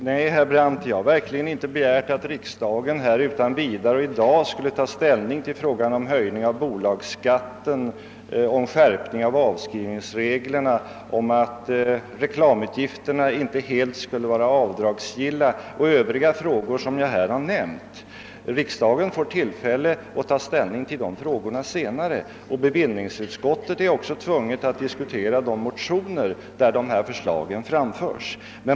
Herr talman! Jag har, herr Brandt, verkligen inte begärt att riksdagen utan vidare och i dag skulle ta ställning till frågan om höjning av bolagsskatten och om en skärpning av avskrivningsreglerna och inte heller till förslaget att reklamutgifter inte skulle vara helt avdragsgilla. Detta gäller även de övriga frågor jag nämnt. Riksdagen får tillfälle att ta ställning till dessa frågor senare, och bevillningsutskottet måste då diskutera de motioner, vari dessa förslag framförts.